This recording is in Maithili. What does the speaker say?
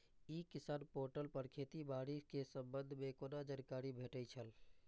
ई किसान पोर्टल पर खेती बाड़ी के संबंध में कोना जानकारी भेटय छल?